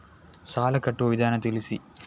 ಸಾಲ ಕಟ್ಟುವ ವಿಧಾನ ತಿಳಿಸಿ?